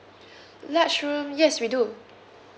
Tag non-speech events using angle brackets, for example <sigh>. <breath> large room yes we do